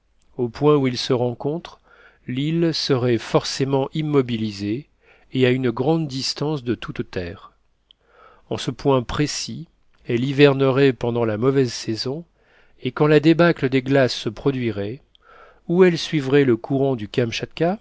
au point où ils se rencontrent l'île serait forcément immobilisée et à une grande distance de toute terre en ce point précis elle hivernerait pendant la mauvaise saison et quand la débâcle des glaces se produirait ou elle suivrait le courant du